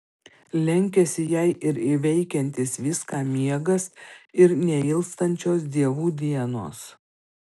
lenkiasi jai ir įveikiantis viską miegas ir neilstančios dievų dienos